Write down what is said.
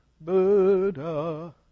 Buddha